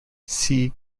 see